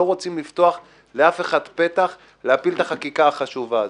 אנחנו לא רוצים לפתוח לאף אחד פתח להפיל את החקיקה החשובה הזאת.